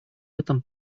этом